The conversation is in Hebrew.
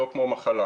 לא כמו מחלה.